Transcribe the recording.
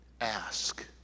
Ask